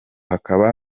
hakaba